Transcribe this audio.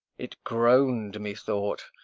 it groan'd methought,